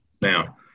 Now